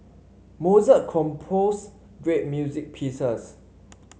Mozart composed great music pieces